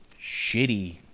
shitty